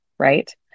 Right